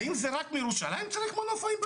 האם רק בירושלים צריכים מנופאים?